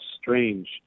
strange